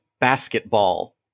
basketball